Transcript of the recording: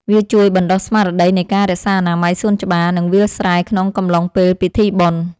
វាជួយបណ្តុះស្មារតីនៃការរក្សាអនាម័យសួនច្បារ និងវាលស្រែក្នុងកំឡុងពេលពិធីបុណ្យ។